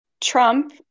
Trump